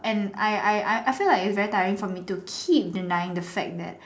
and I I feel like it's very tiring to keep denying the fact that